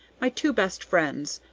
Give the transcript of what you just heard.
my two best friends,